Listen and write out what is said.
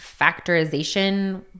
factorization